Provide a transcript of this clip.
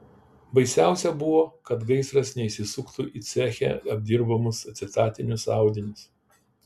baisiausia buvo kad gaisras neįsisuktų į ceche apdirbamus acetatinius audinius